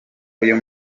uyu